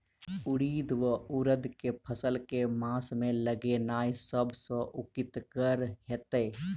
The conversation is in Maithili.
उड़ीद वा उड़द केँ फसल केँ मास मे लगेनाय सब सऽ उकीतगर हेतै?